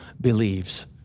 believes